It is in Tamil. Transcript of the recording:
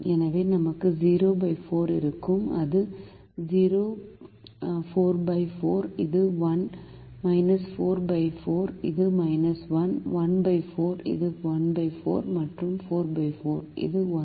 எனவே நமக்கு 04 இருக்கும் இது 0 44 இது 1 44 இது 1 14 இது 14 மற்றும் 44 இது 1